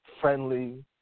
friendly